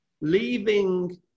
leaving